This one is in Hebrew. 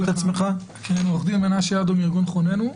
אני עו"ד מנשה יאדו מארגון חוננו.